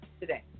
today